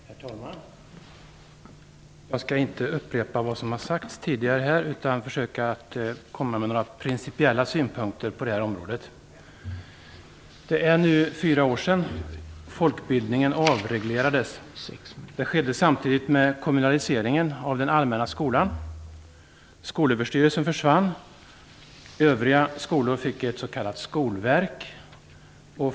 Herr talman! Jag skall inte upprepa vad som har sagts här tidigare utan försöka komma med några principiella synpunkter på det här området. Det är nu fyra år sedan folkbildningen avreglerades. Det skedde samtidigt med kommunaliseringen av den allmänna skolan. Skolöverstyrelsen försvann.